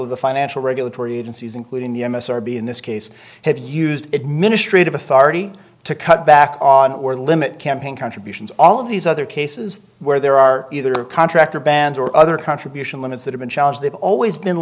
of the financial regulatory agencies including the m s r be in this case have used administrative authority to cut back on or limit campaign contributions all of these other cases where there are either contractor bans or other contribution limits that have been challenged they've always been